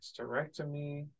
hysterectomy